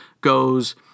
goes